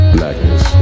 Blackness